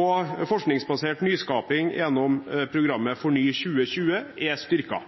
og forskningsbasert nyskaping gjennom programmet FORNY2020, er styrket.